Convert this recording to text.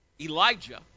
Elijah